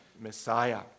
Messiah